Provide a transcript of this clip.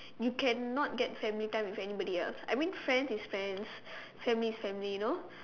you can not get family time with anybody else I mean friends is friends family is family you know